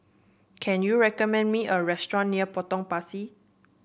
can you recommend me a restaurant near Potong Pasir